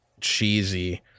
cheesy